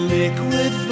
liquid